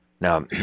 Now